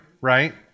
right